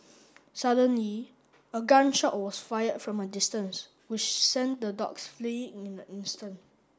suddenly a gun shot was fired from a distance which sent the dogs fleeing in an instant